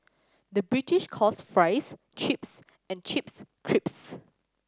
the British calls fries chips and chips